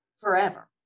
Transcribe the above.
forever